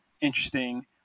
interesting